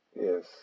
Yes